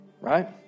right